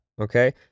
okay